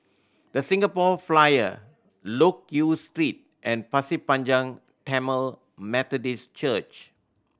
The Singapore Flyer Loke Yew Street and Pasir Panjang Tamil Methodist Church